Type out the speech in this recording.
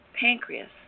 pancreas